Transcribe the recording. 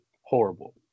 horrible